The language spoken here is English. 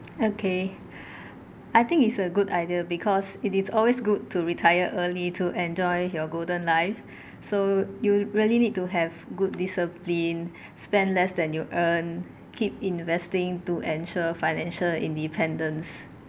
okay I think it's a good idea because it is always good to retire early to enjoy your golden life so you really need to have good discipline spend less than you earn keep investing to ensure financial independence